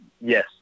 yes